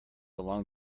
along